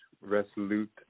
resolute